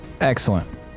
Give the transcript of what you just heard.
excellent